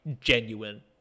genuine